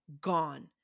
gone